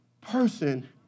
person